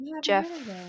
Jeff